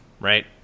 right